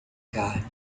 carne